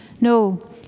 No